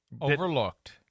overlooked